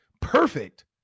perfect